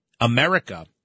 America